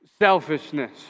selfishness